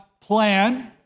plan